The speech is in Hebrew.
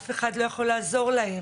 אף אחד לא יכול לעזור להם.